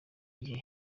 gihe